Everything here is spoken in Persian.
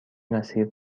مسیر